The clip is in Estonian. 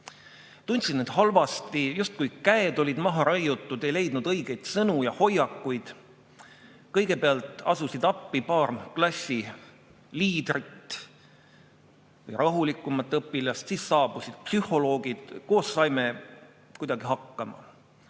Tundsin end halvasti, justkui käed oleks olnud maha raiutud, ei leidnud õigeid sõnu ja hoiakuid. Kõigepealt asusid appi paar klassi liidrit ja rahulikumat õpilast, siis saabusid psühholoogid, koos saime kuidagi hakkama.